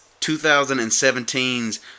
2017's